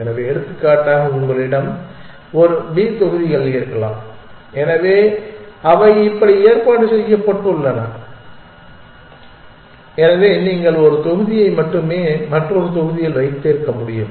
எனவே எடுத்துக்காட்டாக உங்களிடம் ஒரு b தொகுதிகள் இருக்கலாம் அவை இப்படி ஏற்பாடு செய்யப்பட்டுள்ளன எனவே நீங்கள் ஒரு தொகுதியை மட்டுமே மற்றொரு தொகுதியில் வைத்திருக்க முடியும்